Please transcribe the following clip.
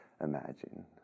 imagine